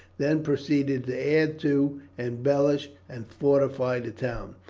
then proceeded to add to, embellish, and fortify the town.